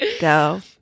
go